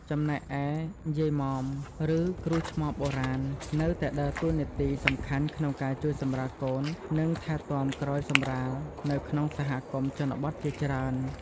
ចំណែកឯ យាយម៉ម ឬ គ្រូឆ្មបបុរាណ នៅតែដើរតួនាទីសំខាន់ក្នុងការជួយសម្រាលកូន និងថែទាំក្រោយសម្រាលនៅក្នុងសហគមន៍ជនបទជាច្រើន។